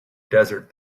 desert